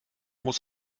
muss